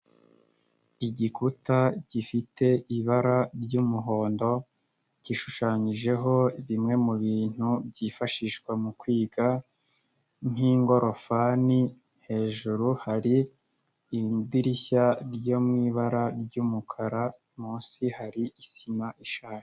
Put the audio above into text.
Igikuta gifite ibara ry'umuhondo gishushanyijeho kimwe mu bintu byifashishwa mu kwiga nk'ingorofani, hejuru hari idirishya ryo mu ibara ry'umukara munsi hari isima ishaje.